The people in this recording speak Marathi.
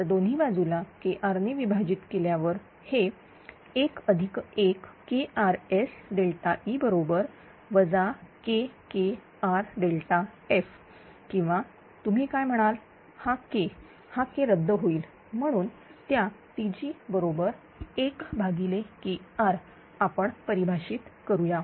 तर दोन्ही बाजूला KR ने विभाजित केल्यावर हे 11KRSΔE−KKRΔF किंवा तुम्ही काय म्हणाल हा K हा K रद्द होईल म्हणून त्या Tgबरोबर1KR आपण परिभाशित करूया